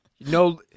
no